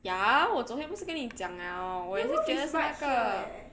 ya 我昨天不是跟你讲 liao 我也是觉得是那个